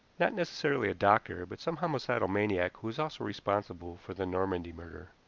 not necessarily a doctor, but some homicidal maniac who is also responsible for the normandy murder.